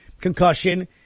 Concussion